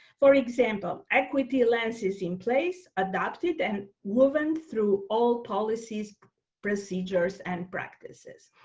for example, equity lenses in place adapted and woven through all policies procedures and practices.